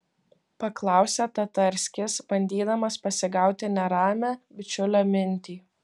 paklausė tatarskis bandydamas pasigauti neramią bičiulio mintį